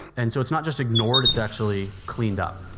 and so it's not just ignored, it's actually cleaned up.